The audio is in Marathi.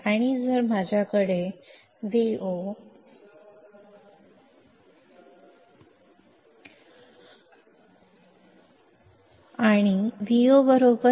आणि जर माझ्याकडे Vo आणि Vo 1 RfRin Vin बरोबर